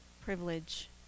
privilege